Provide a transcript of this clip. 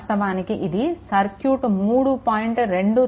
వాస్తవానికి ఇది ఈ సర్క్యూట్ 3